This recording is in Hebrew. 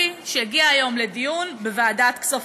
שהגיע היום לדיון בוועדת כספים.